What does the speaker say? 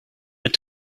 and